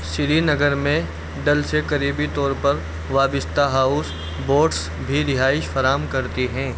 سری نگر میں ڈل سے قریبی طور پر وابستہ ہاؤس بوٹس بھی رہائش فراہم کرتے ہیں